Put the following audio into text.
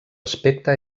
aspecte